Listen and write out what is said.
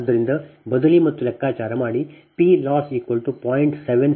ಆದ್ದರಿಂದ ಬದಲಿ ಮತ್ತು ಲೆಕ್ಕಾಚಾರ ಮಾಡಿ P Loss 0